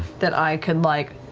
that i can like,